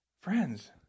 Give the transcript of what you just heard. Friends